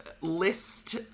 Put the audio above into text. list